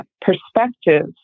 perspectives